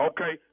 Okay